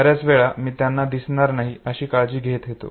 बऱ्याच वेळा मी त्यांना दिसणार नाही अशी काळजी घेत होतो